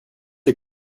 les